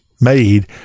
made